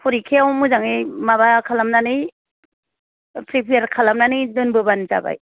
फरिखायाव मोजाङै माबा खालामनानै फ्रिफियार खालामनानै दोनबोबानो जाबाय